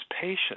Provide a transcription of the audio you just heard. patient